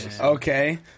Okay